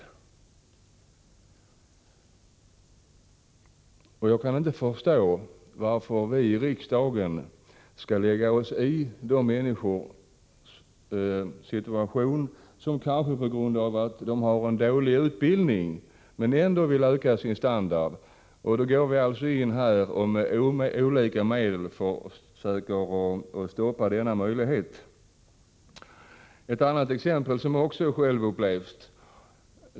Arbetstid och ledig Jag kan inte förstå varför vi i riksdagen skall lägga oss i situationen för de het människor som, kanske på grund av att de har en dålig utbildning, vill öka sin standard genom övertidsarbete. Varför skall vi gå in och med olika medel försöka stoppa den möjligheten? Jag skall ge ett annat exempel, som också är självupplevt.